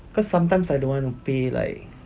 cause sometimes I don't want to pay like